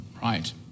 Right